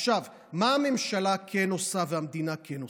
עכשיו, מה הממשלה כן עושה והמדינה כן עושה?